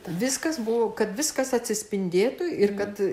viskas buvo kad viskas atsispindėtų ir kad